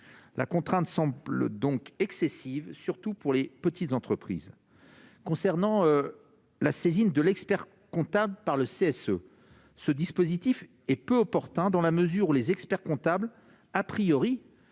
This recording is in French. la contrainte sans le donc excessive, surtout pour les petites entreprises concernant la saisine de l'expert- comptable par le CSE, ce dispositif est peu opportun dans la mesure où les experts comptables à priori